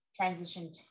transition